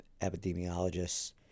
epidemiologists